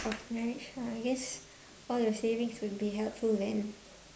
of marriage lah I guess all your savings will be helpful then